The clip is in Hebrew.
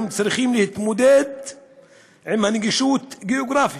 הם צריכים להתמודד עם בעיית הנגישות הגיאוגרפית.